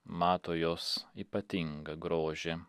mato jos ypatingą grožį